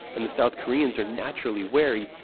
and the south koreans are naturally wary,